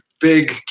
big